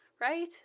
right